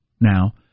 now